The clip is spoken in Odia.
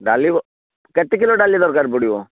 ଡାଲି କେତେ କିଲୋ ଡାଲି ଦରକାର ପଡ଼ିବ